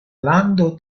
lando